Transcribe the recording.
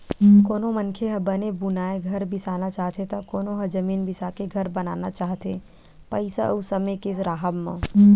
कोनो मनखे ह बने बुनाए घर बिसाना चाहथे त कोनो ह जमीन बिसाके घर बनाना चाहथे पइसा अउ समे के राहब म